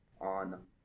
on